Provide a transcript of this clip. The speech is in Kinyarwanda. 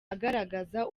agaragaza